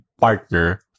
partner